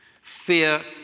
fear